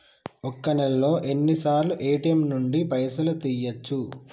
ఒక్క నెలలో ఎన్నిసార్లు ఏ.టి.ఎమ్ నుండి పైసలు తీయచ్చు?